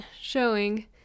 showing